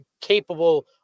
capable